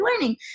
learning